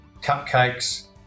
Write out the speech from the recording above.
cupcakes